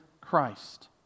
Christ